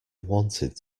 wanted